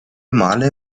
male